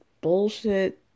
bullshit